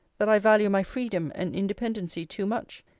that i value my freedom and independency too much,